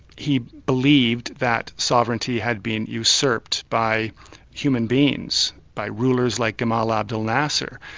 he believed that sovereignty had been usurped by human beings, by rulers like gamal abdul nasser,